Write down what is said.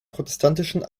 protestantischen